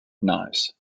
knives